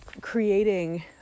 creating